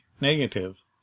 negative